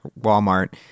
Walmart